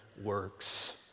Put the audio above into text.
works